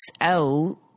out